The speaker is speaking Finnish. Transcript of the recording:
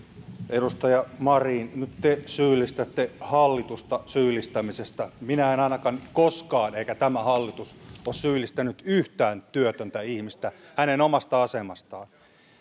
edustaja marin nyt te syyllistätte hallitusta syyllistämisestä minä en ainakaan koskaan eikä tämä hallitus ole syyllistänyt yhtään työtöntä ihmistä hänen omasta asemastaan